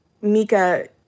Mika